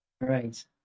Right